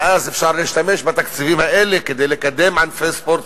ואז אפשר להשתמש בתקציבים האלה כדי לקדם ענפי ספורט,